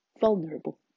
vulnerable